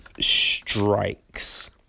strikes